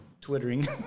Twittering